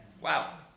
Wow